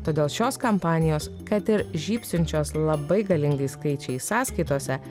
todėl šios kampanijos kad ir žybsinčios labai galingai skaičiai sąskaitose